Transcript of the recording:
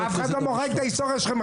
אף אחד לא מוחק את ההיסטוריה שלכם,